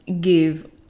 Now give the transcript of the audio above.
give